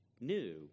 new